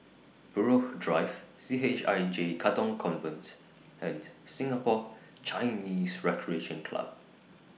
Buroh Drive C H I J Katong Convent and Singapore Chinese Recreation Club